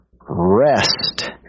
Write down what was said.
rest